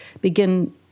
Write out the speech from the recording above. begin